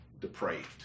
depraved